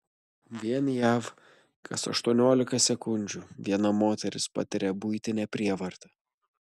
vien jav kas aštuoniolika sekundžių viena moteris patiria buitinę prievartą